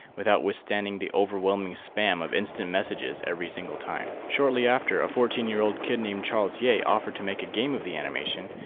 without withstanding the overwhelming spam of instant messages every single time. shortly after, a fourteen year old kid named charles yeah yeh offered to make a game of the animation,